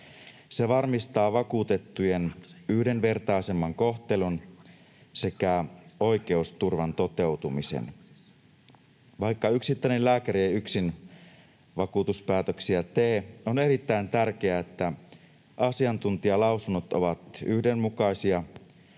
Se varmistaa vakuutettujen yhdenvertaisemman kohtelun sekä oikeusturvan toteutumisen. Vaikka yksittäinen lääkäri ei tee vakuutuspäätöksiä yksin, on erittäin tärkeää, että asiantuntijalausunnot ovat yhdenmukaisia,